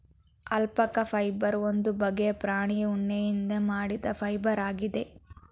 alpaca fibre ಒಂದು ಬಗ್ಗೆಯ ಪ್ರಾಣಿಯ ಉಣ್ಣೆಯಿಂದ ಮಾಡಿದ ಫೈಬರ್ ಆಗಿದೆ